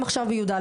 הם עכשיו בי"א,